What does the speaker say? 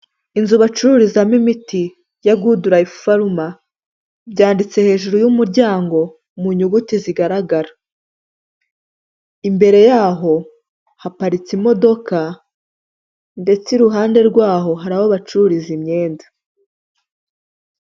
Inzu bacururizamo imiti ya goodlife pharma, byanditse hejuru y'umuryango mu nyuguti zigaragara, imbere y'aho haparitse imodoka ndetse iruhande rw'aho hari aho bacururiza imyenda.